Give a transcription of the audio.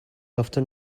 often